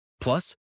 Plus